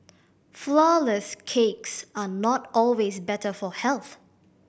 flourless cakes are not always better for health